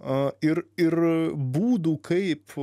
ir ir būdų kaip